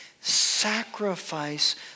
Sacrifice